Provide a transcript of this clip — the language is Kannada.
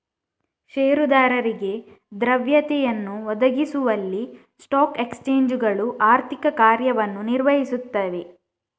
ಷೇರುದಾರರಿಗೆ ದ್ರವ್ಯತೆಯನ್ನು ಒದಗಿಸುವಲ್ಲಿ ಸ್ಟಾಕ್ ಎಕ್ಸ್ಚೇಂಜುಗಳು ಆರ್ಥಿಕ ಕಾರ್ಯವನ್ನು ನಿರ್ವಹಿಸುತ್ತವೆ